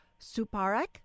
Suparek